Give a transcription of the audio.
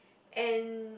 and